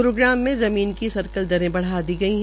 ग्रूग्राम में ज़मीन की सर्कल दरे बढ़ा दी गई है